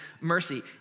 mercy